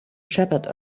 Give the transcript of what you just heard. shepherd